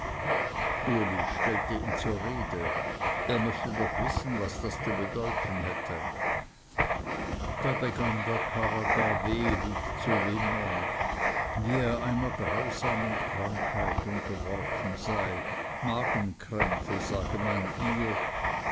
uli stellte ihn zur rede er möchte doch wissen was das zu bedeuten hätte da begann der karrer gar wehlich zu wimmern wie er einer grausamen krankheit unterworfen sei magenkrämpfe sage man ihr